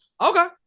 Okay